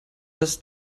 das